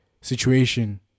situation